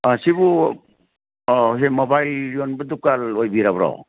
ꯁꯤꯕꯨ ꯃꯣꯕꯥꯏꯜ ꯌꯣꯟꯕ ꯗꯨꯀꯥꯟ ꯑꯣꯏꯕꯤꯔꯕ꯭ꯔꯣ